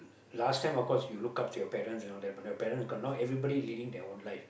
last time of course you look up to your parents and all that but your parents got not everybody leading their own life